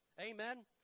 Amen